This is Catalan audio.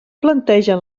plantegen